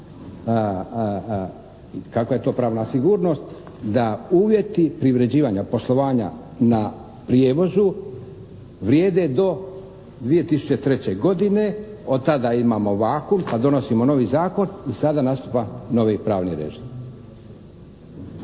kakva je to pravna sigurnost da uvjeti privređivanja, poslovanja na prijevozu vrijede do 2003. godine. Od tada imamo vakum, kad donosimo novi zakon i sada nastupa novi pravni …